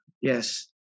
yes